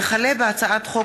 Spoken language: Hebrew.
הצעת חוק